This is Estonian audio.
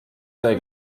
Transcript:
see